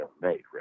made